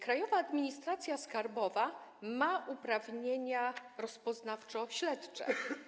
Krajowa Administracja Skarbowa ma uprawnienia rozpoznawczo-śledcze.